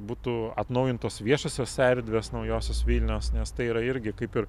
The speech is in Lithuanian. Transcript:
būtų atnaujintos viešosios erdvės naujosios vilnios nes tai yra irgi kaip ir